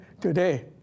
today